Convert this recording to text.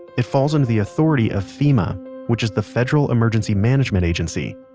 it falls under the authority of fema which is the federal emergency management agency.